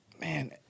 man